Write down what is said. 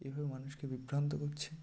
এইভাবে মানুষকে বিভ্রান্ত করছেন